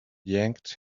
yanked